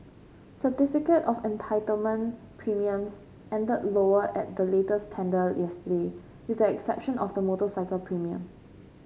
certificate of entitlement premiums ended lower at the latest tender yesterday with the exception of the motorcycle premium